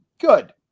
good